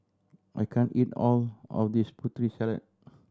I can't eat all of this Putri Salad